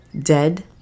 dead